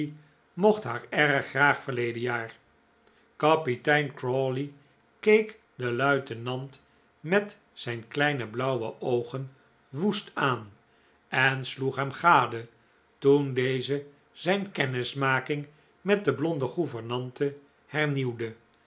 mocht haar erg graag verleden jaar kapitein crawley keek den luitenant met zijn kleine blauwe oogen woest aan en sloeg hem gade toen deze zijn kennismaking met de blonde gouvernante hernieuwde